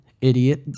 idiot